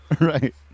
right